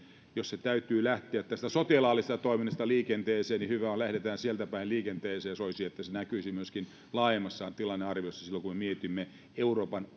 jos täytyy lähteä tästä sotilaallisesta toiminnasta liikenteeseen niin hyvä on lähdetään sieltä päin liikenteeseen soisi että se näkyisi myöskin laajemmassa tilannearviossa silloin kun me mietimme euroopan